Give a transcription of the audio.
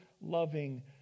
loving